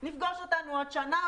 נבדוק אותנו בעוד שנה,